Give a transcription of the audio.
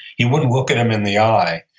he wouldn't look at him in the eye.